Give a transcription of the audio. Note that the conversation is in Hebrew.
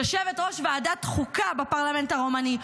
יושבת-ראש ועדת החוקה בפרלמנט הרומני,